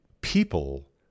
people